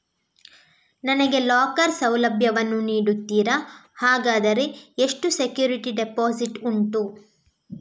ನನಗೆ ಲಾಕರ್ ಸೌಲಭ್ಯ ವನ್ನು ನೀಡುತ್ತೀರಾ, ಹಾಗಾದರೆ ಎಷ್ಟು ಸೆಕ್ಯೂರಿಟಿ ಡೆಪೋಸಿಟ್ ಉಂಟು?